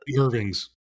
Irving's